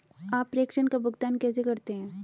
आप प्रेषण का भुगतान कैसे करते हैं?